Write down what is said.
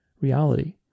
reality